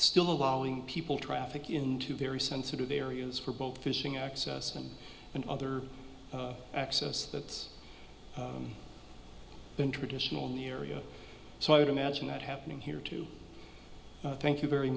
still allowing people traffic into very sensitive areas for both fishing access and and other access that's been traditional in the area so i would imagine that happening here too thank you very